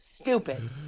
Stupid